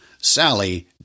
Sally –